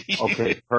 Okay